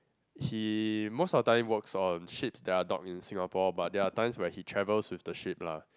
he most of the time works on ship that are dock in Singapore but there are time when he travels with the ship lah